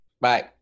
Bye